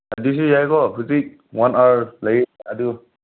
ꯑꯗꯨꯁꯨ ꯌꯥꯏꯀꯣ ꯍꯧꯖꯤꯛ ꯋꯥꯟ ꯑꯥꯎꯋꯔ ꯂꯩꯑꯦ ꯑꯗꯨ